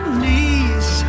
knees